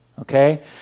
Okay